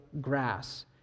grass